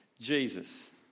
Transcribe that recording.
Jesus